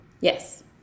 Yes